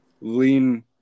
lean